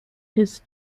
his